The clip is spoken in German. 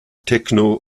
techno